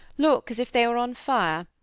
look as if they were on fire.